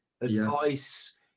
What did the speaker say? advice